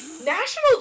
National